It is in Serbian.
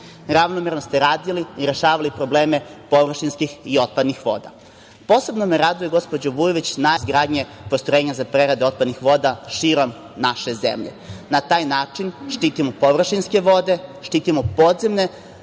Ravnomerno ste radili i rešavali probleme površinskih i otpadnih voda. Gospođo Vujović, posebno me raduje najava ulaganja u izgradnje postrojenja za prerade otpadnih voda širom naše zemlje. Na taj način štitimo površinske vode, štitimo podzemne